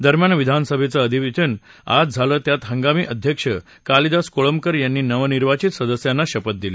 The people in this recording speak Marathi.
दरम्यान विधानसभेचं विशेष अधिवेशन आज झालं त्यात हंगामी अध्यक्ष कालीदास कोळंबकर यांनी नवनिर्वाचित सदस्यांना शपथ दिली